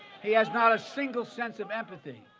he has not a single sense of empathy.